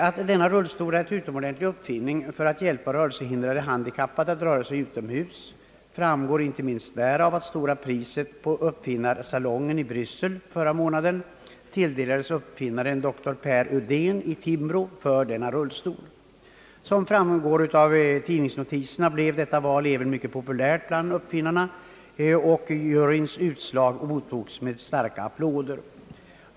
Att denna rullstol är en utomordentlig uppfinning för att hjälpa rörelsehindrade handikappade att röra sig utomhus framgår ej minst därav att stora priset på Uppfinnarsalongen i Bryssel förra månaden tilldelades uppfinnaren doktor Per Uddén i Timrå för denna rullstol. Som framgår av tidningsnotiserna blev detia val mycket populärt bland övriga uppfinnare, och juryns utslag mottogs med starka applåder.